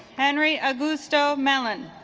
henry augusto mellon